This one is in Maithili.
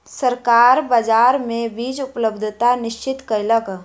सरकार बाजार मे बीज उपलब्धता निश्चित कयलक